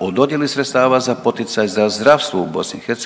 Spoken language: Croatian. o dodjeli sredstava za poticaje za zdravstvo u BIH